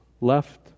left